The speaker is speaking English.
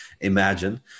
imagine